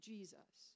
Jesus